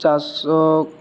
ଚାଷ